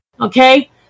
Okay